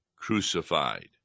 crucified